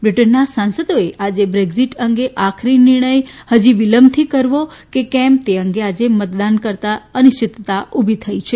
બ્રિટનના સાંસદોએ આજે બ્રેક્ઝીટ અંગે આખરી નિર્ણય ફજી વિલંબથી કરવો કે કેમ તે અંગે આજે મતદાન કરતાં અનિશ્ચિતતા ઉભી થઇ છે